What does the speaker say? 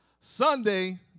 Sunday